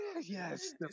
Yes